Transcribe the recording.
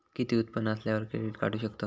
किती उत्पन्न असल्यावर क्रेडीट काढू शकतव?